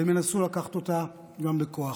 והם ינסו לקחת אותה גם בכוח.